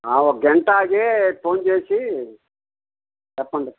ఒక గంటాగి ఫోన్ చేసి చెప్పండి